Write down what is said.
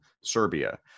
Serbia